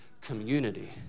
community